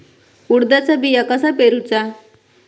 उडदाचा बिया कसा पेरूचा?